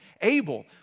able